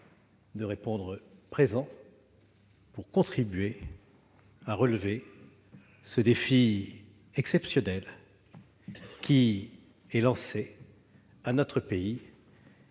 de répondre présent pour contribuer à relever ce défi exceptionnel qui est lancé à notre pays